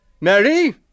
Mary